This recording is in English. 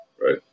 right